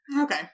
okay